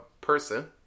person